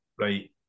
right